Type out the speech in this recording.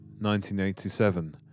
1987